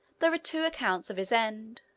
there are two accounts of his end.